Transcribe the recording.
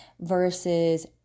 versus